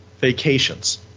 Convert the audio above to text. vacations